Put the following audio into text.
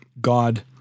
God